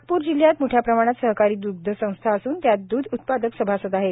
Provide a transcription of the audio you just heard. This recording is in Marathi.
नागप्र जिल्हयात मोठ्या प्रमाणात सहकारी द्ध संस्था असून त्यात द्ध उत्पादक सभासद आहेत